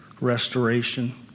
restoration